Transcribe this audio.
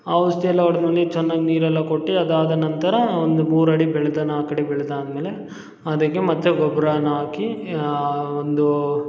ಆ ಔಷಧಿ ಎಲ್ಲ ಹೊಡ್ದ್ಮೇಲೆ ಚೆನ್ನಾಗಿ ನೀರೆಲ್ಲ ಕೊಟ್ಟು ಅದಾದ ನಂತರ ಒಂದು ಮೂರಡಿ ಬೆಳ್ದು ನಾಲ್ಕಡಿ ಬೆಳ್ದಾದ ಮೇಲೆ ಅದಕ್ಕೆ ಮತ್ತೆ ಗೊಬ್ಬರನ ಹಾಕಿ ಒಂದು